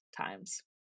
times